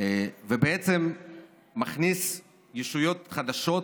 ובעצם מכניס ישויות חדשות